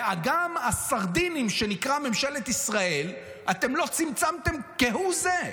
באגם הסרדינים שנקרא ממשלת ישראל אתם לא צמצמתם כהוא זה.